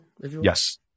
Yes